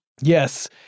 Yes